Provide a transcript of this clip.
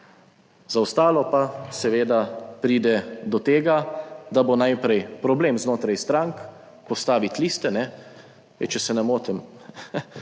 za ostalo pa seveda pride do tega, da bo najprej problem znotraj strank postaviti liste. Zdaj, če se ne motim,